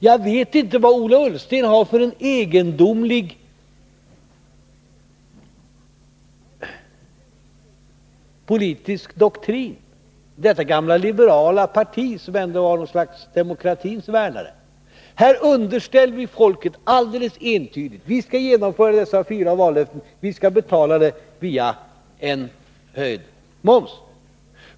Jag vet inte vad Ola Ullsten har för en egendomlig politisk doktrin. Han företräder ändå det gamla liberala partiet som har varit en av demokratins värnare. Vi har sagt alldeles entydigt till svenska folket att vi skall genomföra våra fyra vallöften och betala dem via en höjd moms.